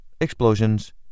explosions